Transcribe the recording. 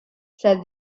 said